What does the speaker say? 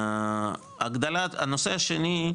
הנושא השני,